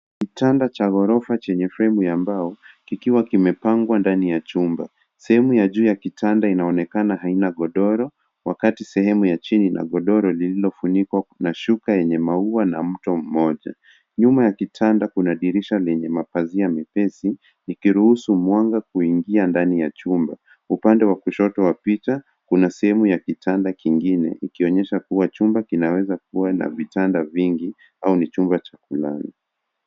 Kitanda cha ghorofa chenye fremu ya mbao kimepangwa ndani ya chumba. Sehemu ya juu ya kitanda haina godoro, ilhali sehemu ya chini ina godoro lililofunikwa kwa shuka lenye maua, na mtu mmoja amelala juu yake. Nyuma ya kitanda kuna dirisha lenye mapazia mepesi yanayoruhusu mwanga kuingia ndani ya chumba. Upande wa kushoto kuna sehemu ya kitanda kingine, jambo linaloonyesha kuwa chumba hiki kinaweza kuwa na vitanda vingi au ni chumba cha kulala cha pamoja.